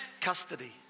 custody